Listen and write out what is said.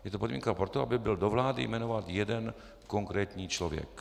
Je to podmínka pro to, aby byl do vlády jmenován jeden konkrétní člověk.